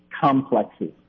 complexes